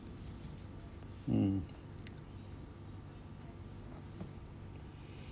mm